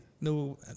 No